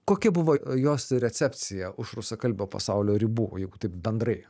kokia buvo jos recepcija už rusakalbio pasaulio ribų jeigu taip bendrai